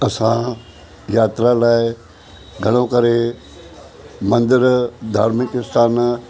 असां यात्रा लाइ घणो करे मंदर धार्मिक स्थान